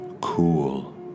cool